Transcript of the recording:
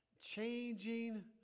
Changing